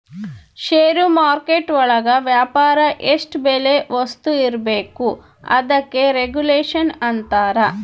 ಷೇರು market ಒಳಗ ವ್ಯಾಪಾರ ಎಷ್ಟ್ ಬೆಲೆ ವಸ್ತು ಇರ್ಬೇಕು ಅದಕ್ಕೆ ರೆಗುಲೇಷನ್ ಅಂತರ